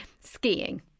skiing